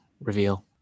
reveal